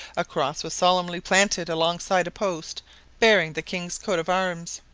a cross was solemnly planted alongside a post bearing the king's coat of arms.